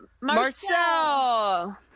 Marcel